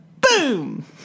boom